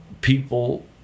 people